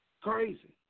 Crazy